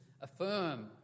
affirm